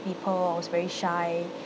people I was very shy